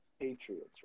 Patriots